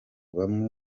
bamwe